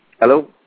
Hello